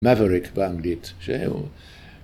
מבריק באנגלית שהוא